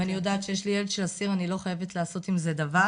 אם אני יודעת שיש לי ילד של אסיר אני לא מן הסתם חייבת לעשות עם זה דבר